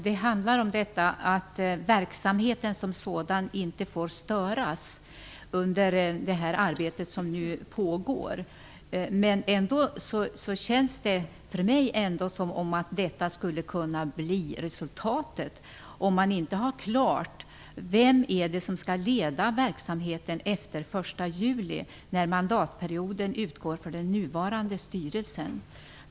Fru talman! Under det arbete som nu pågår handlar det om att verkamheten som sådan inte får störas. Men för mig känns det ändå som att detta skulle kunna bli resultatet, om det inte står klart vem det är som skall leda verksamhten efter den 1 juli, då mandatperioden utgår för nuvarande styrelse.